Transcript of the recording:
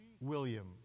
William